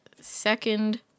second